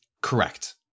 Correct